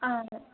ஆ